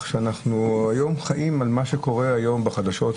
שאנחנו היום חיים ממה שקורה היום בחדשות,